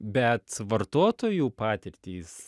bet vartotojų patirtys